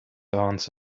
answered